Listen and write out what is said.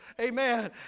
Amen